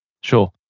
Sure